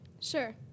Sure